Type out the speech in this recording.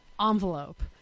envelope